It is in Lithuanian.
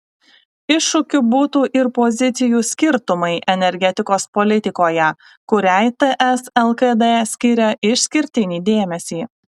iššūkiu būtų ir pozicijų skirtumai energetikos politikoje kuriai ts lkd skiria išskirtinį dėmesį